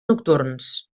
nocturns